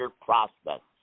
prospects